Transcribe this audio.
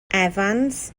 evans